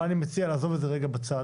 אבל אני מציע שנעזוב את זה רגע בצד,